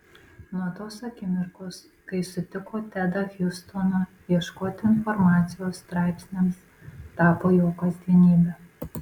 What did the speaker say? nuo tos akimirkos kai sutiko tedą hjustoną ieškoti informacijos straipsniams tapo jo kasdienybe